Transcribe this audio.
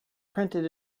printed